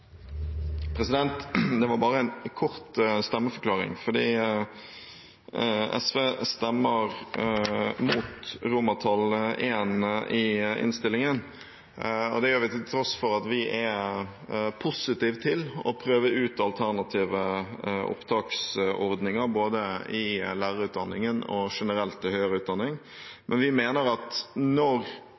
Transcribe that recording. Bare en kort stemmeforklaring: SV stemmer imot romertall I i innstillingen, til tross for at vi er positive til å prøve ut alternative opptaksordninger, både i lærerutdanningen og generelt i høyere utdanning. Men vi mener at når